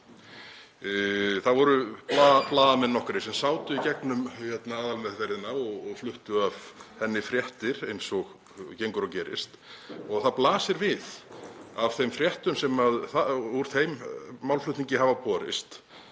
Það voru blaðamenn nokkrir sem sátu í gegnum aðalmeðferðina og fluttu af henni fréttir eins og gengur og gerist og það blasir við af þeim fréttum sem úr þeim málflutningi hafa borist